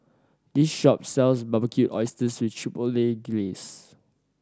this shop sells Barbecued Oysters with Chipotle Glaze